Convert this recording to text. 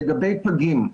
לגבי פגים,